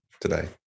today